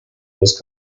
was